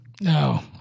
No